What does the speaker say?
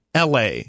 la